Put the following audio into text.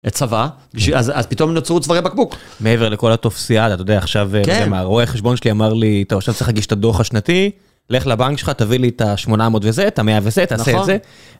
את צבא, אז פתאום נוצרו צווארי בקבוק. מעבר לכל הטופסיאדה, אתה יודע עכשיו, גם הרואה חשבון שלי אמר לי, טוב עכשיו צריך להגיש את הדוח השנתי, לך לבנק שלך, תביא לי את ה-800 וזה, את ה-100 וזה, תעשה את זה.